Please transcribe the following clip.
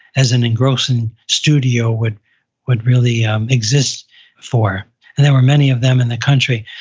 as an engrossing studio would would really um exist for. and there were many of them in the country.